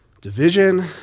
division